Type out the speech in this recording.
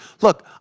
look